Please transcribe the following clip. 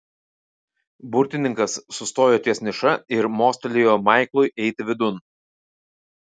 burtininkas sustojo ties niša ir mostelėjo maiklui eiti vidun